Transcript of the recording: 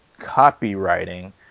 copywriting